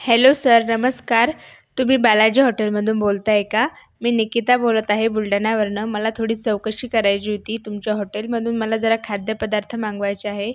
hello sir नमस्कार तुम्ही बालाजी हॉटेलमधून बोलताय का मी निकिता बोलत आहे बुलढाण्यावरून मला थोडी चौकशी करायची होती तुमच्या हॉटेलमधून मला जरा खाद्यपदार्थ मागवायचे आहेत